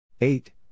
eight